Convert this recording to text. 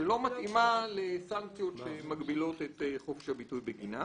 שלא מתאימה לסנקציות שמגבילות את חופש הביטוי בגינה.